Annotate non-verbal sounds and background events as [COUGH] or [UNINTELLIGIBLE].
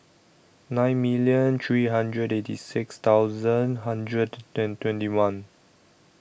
nine million three hundred eighty six thousand hundred [UNINTELLIGIBLE] twenty one